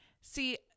See